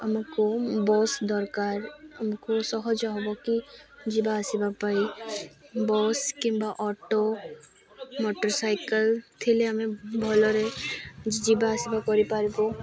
ଆମକୁ ବସ୍ ଦରକାର ଆମକୁ ସହଜ ହବ କି ଯିବା ଆସିବା ପାଇଁ ବସ୍ କିମ୍ବା ଅଟୋ ମୋଟର୍ ସାଇକେଲ ଥିଲେ ଆମେ ଭଲରେ ଯିବା ଆସିବା କରିପାରିବୁ